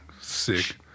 Sick